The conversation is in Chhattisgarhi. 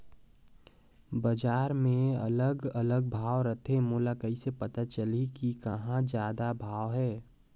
बजार मे अलग अलग भाव रथे, मोला कइसे पता चलही कि कहां जादा भाव हे?